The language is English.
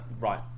right